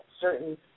certain